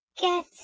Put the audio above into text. Get